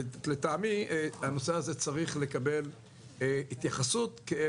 לטעמי הנושא הזה צריך לקבל התייחסות כאל